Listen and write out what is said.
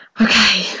okay